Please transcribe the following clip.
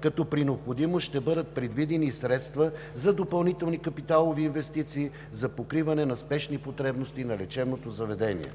като при необходимост ще бъдат предвидени средства за допълнителни капиталови инвестиции за покриване на спешни потребности на лечебното заведение.